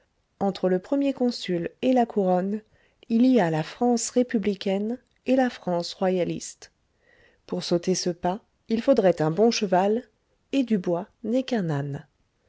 entre le premier consul et la couronne il y a la france républicaine et la france royaliste pour sauter ce pas il faudrait un bon cheval et dubois n'est qu'un âne